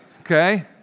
Okay